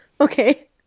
okay